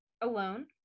Alone